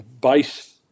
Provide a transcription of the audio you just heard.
base